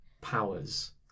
powers